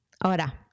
Ahora